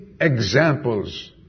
examples